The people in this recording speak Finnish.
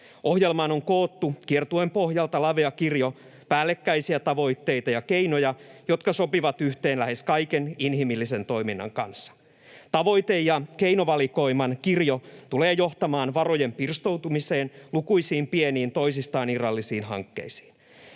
Ohjelmaan on koottu kiertueen pohjalta lavea kirjo päällekkäisiä tavoitteita ja keinoja, jotka sopivat yhteen lähes kaiken inhimillisen toiminnan kanssa. Tavoite- ja keinovalikoiman kirjo tulee johtamaan varojen pirstoutumiseen lukuisiin pieniin, toisistaan irrallisiin hankkeisiin.